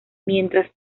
mientras